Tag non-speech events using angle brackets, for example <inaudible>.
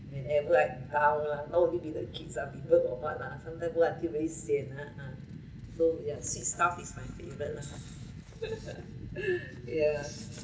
whenever I down lah not only with the kid lah people or what ah sometime do until very sian ah ah so ya sweet stuff is my favourite [one] lah <laughs> ya